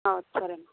సరే అండి